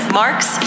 marks